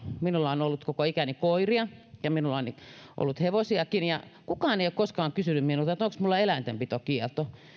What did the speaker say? minulla on on ollut koko ikäni koiria ja minulla on ollut hevosiakin ja kukaan ei ole koskaan kysynyt minulta että onko minulla eläintenpitokielto